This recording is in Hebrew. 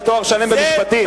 זה תואר שלם במשפטים.